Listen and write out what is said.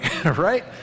right